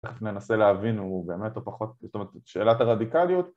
‫תיכף ננסה להבין הוא באמת או פחות, ‫זאת אומרת, שאלת הרדיקליות.